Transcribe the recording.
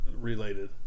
related